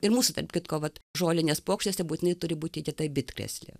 ir mūsų tarp kitko vat žolinės puokštėse būtinai turi būt įdėta bitkrėslė